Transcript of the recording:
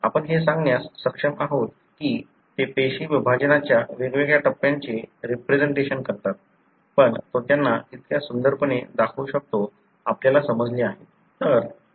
आपण हे सांगण्यास सक्षम आहोत की ते पेशी विभाजनाच्या वेगवेगळ्या टप्प्यांचे रिप्रेसेंटेशन करतात पण तो त्यांना इतक्या सुंदरपणे दाखवू शकतो आपल्याला समजले आहे